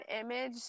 image